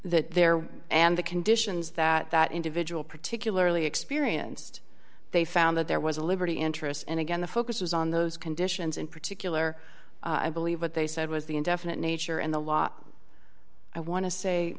that there and the conditions that that individual particularly experienced they found that there was a liberty interest and again the focus was on those conditions in particular i believe what they said was the indefinite nature and the law i wan